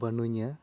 ᱵᱟᱱᱩᱧᱟᱹ